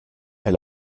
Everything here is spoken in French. est